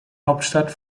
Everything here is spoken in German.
hauptstadt